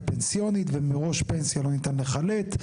פנסיונית ומראש פנסיה לא ניתן לחלט.